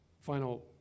Final